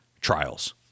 trials